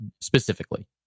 specifically